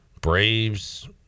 Braves